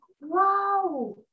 wow